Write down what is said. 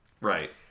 right